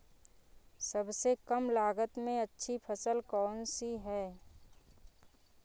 सबसे कम लागत में अच्छी फसल कौन सी है?